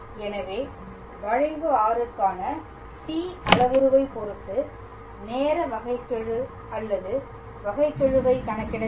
எனவே வளைவு r க்கான t அளவுருவைப் பொறுத்து நேர வகைக்கெழு அல்லது வகைக்கெழுவைக் கணக்கிட வேண்டும்